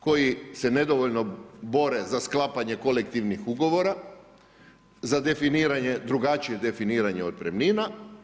Koji se nedovoljno bore za sklapanje kolektivnih ugovora, za definiranje, drugačije definiranje otpremnina.